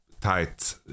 tight